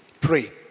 pray